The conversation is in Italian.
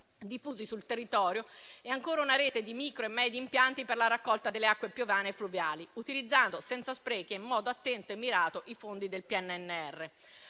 diffusi sul territorio, e ancora di una rete di micro e medi impianti per la raccolta delle acque piovane e fluviali, utilizzando senza sprechi e in modo attento e mirato i fondi del PNRR.